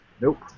Nope